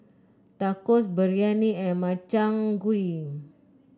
Tacos Biryani and Makchang Gui